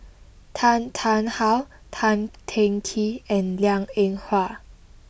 Tan Tarn How Tan Teng Kee and Liang Eng Hwa